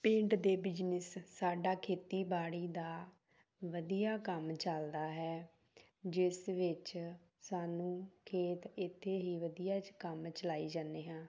ਪਿੰਡ ਦੇ ਬਿਜਨਸ ਸਾਡਾ ਖੇਤੀਬਾੜੀ ਦਾ ਵਧੀਆ ਕੰਮ ਚੱਲਦਾ ਹੈ ਜਿਸ ਵਿੱਚ ਸਾਨੂੰ ਖੇਤ ਇੱਥੇ ਹੀ ਵਧੀਆ 'ਚ ਕੰਮ ਚਲਾਈ ਜਾਂਦੇ ਹਾਂ